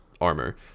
armor